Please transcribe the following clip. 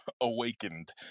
awakened